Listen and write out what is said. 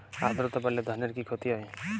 আদ্রর্তা বাড়লে ধানের কি ক্ষতি হয়?